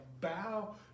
bow